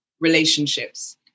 Relationships